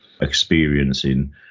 experiencing